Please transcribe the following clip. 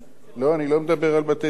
אני לא מדבר על בתי-דין מינהליים.